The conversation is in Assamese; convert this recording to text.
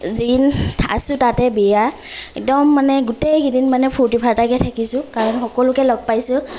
আছো তাতে বিয়া একদম মানে গোটেইগিদিন মানে ফূৰ্তি ফাৰ্তাকৈ থাকিছোঁ কাৰণ সকলোকে লগ পাইছোঁ